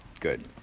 Good